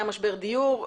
היה משבר דיור,